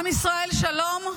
עם ישראל, שלום.